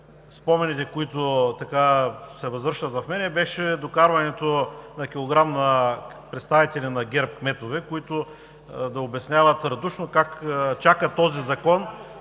спомените, които така се възвръщат в мен, беше докарването на килограм на представители на кметове от ГЕРБ, които да обясняват радушно как чакат този закон…